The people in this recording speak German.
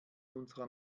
unserer